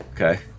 Okay